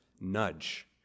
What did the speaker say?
nudge